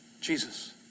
Jesus